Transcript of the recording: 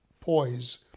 poise